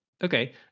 Okay